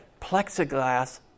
plexiglass